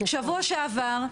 שבוע שעבר,